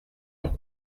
leur